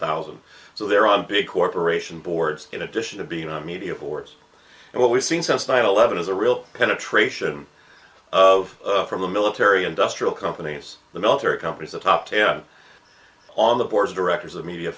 thousand so there are big corporation boards in addition to being a media force and what we've seen since nine eleven is a real penetration of from the military industrial companies the military companies the top ten on the board of directors of media